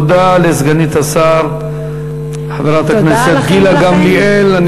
תודה לסגנית השר חברת הכנסת גילה גמליאל.